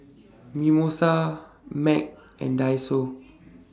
Mimosa Mac and Daiso